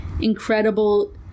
incredible